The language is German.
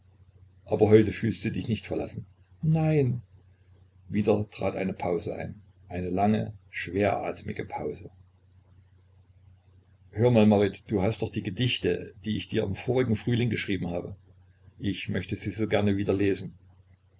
aber heute fühlst du dich nicht verlassen nein wieder trat eine pause ein eine lange schweratmige pause hör mal marit hast du noch die gedichte die ich dir im vorigen frühling geschrieben habe ich möchte sie so gerne wieder lesen